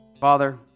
Father